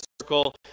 circle